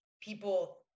people